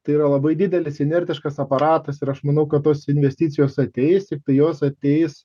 tai yra labai didelis inertiškas aparatas ir aš manau kad tos investicijos ateis tiktai jos ateis